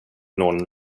någon